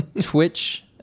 Twitch